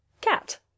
cat